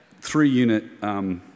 three-unit